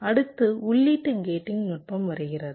அடுத்து உள்ளீட்டு கேட்டிங் நுட்பம் வருகிறது